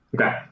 Okay